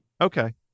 Okay